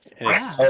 Wow